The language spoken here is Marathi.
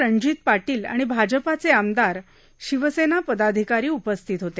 रणजीत पाटील आणि भाजपाचे आमदार शिवसेना पदाधिकारी उपस्थित होते